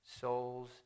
souls